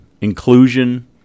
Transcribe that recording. inclusion